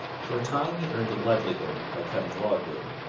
for a time he earned a livelihood by cutting logwood,